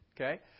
Okay